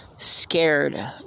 scared